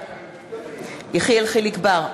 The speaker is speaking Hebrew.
בעד יחיאל חיליק בר,